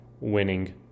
winning